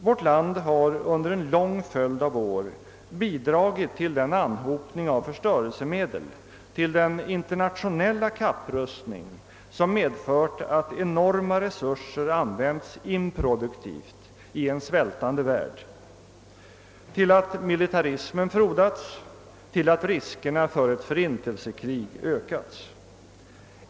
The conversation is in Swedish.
Vårt land har under en lång följd av år bidragit till den anhopning av förstörelsemedel, till den internationella kapprustning, som medfört att enorma resurser använts improduktivt i en svältande värld, till att militarismen frodats, till att riskerna för ett förintelsekrig ökats.